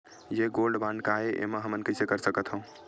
ये gold bond काय ए एमा हमन कइसे कर सकत हव?